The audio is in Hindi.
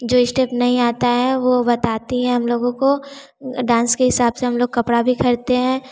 जो स्टेप नहीं आता है वो बताती हैं हम लोगों को डांस के हिसाब से हम लोग कपड़ा भी खरीदते हैं